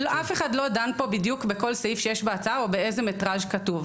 אבל אף אחד לא דן פה בדיוק בכל סעיף שיש בהצעה או באיזה מטראז' כתוב,